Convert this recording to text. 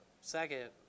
Second